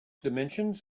dimensions